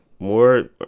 more